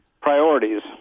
priorities